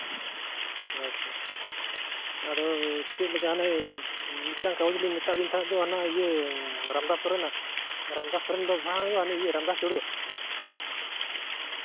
ᱟᱪᱪᱷᱟ ᱟᱫᱚ ᱪᱮᱫᱞᱮᱠᱟ ᱦᱟᱱᱮ ᱢᱤᱫᱴᱟᱝ ᱠᱟᱜᱚᱡᱽ ᱞᱤᱧ ᱢᱮᱛᱟᱫ ᱵᱤᱱ ᱛᱟᱦᱮᱸᱫ ᱫᱚ ᱦᱟᱱᱟ ᱤᱭᱟᱹ ᱨᱟᱢᱫᱟᱥ ᱥᱚᱨᱮᱱᱟᱜ ᱨᱟᱢᱫᱟᱥ ᱥᱚᱨᱮᱱ ᱫᱚ ᱵᱟᱝ ᱦᱟᱹᱱᱤ ᱤᱭᱟᱹ ᱨᱟᱢᱫᱟᱥ ᱴᱩᱰᱩᱣᱟᱜ